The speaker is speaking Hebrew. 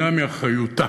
המדינה מאחריותה,